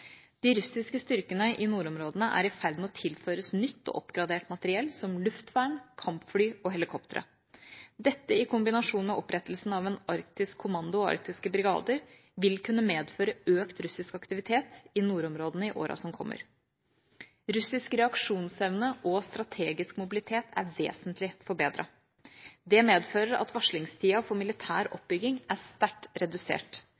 De russiske styrkene i nordområdene er i ferd med å tilføres nytt og oppgradert materiell, som luftvern, kampfly og helikoptre. Dette i kombinasjon med opprettelsen av en arktisk kommando og arktiske brigader vil kunne medføre økt russisk aktivitet i nordområdene i åra som kommer. Russisk reaksjonsevne og strategisk mobilitet er vesentlig forbedret. Det medfører at varslingstida for militær oppbygging er sterkt redusert.